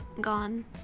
gone